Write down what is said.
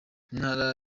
intara